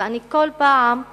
וכל פעם אני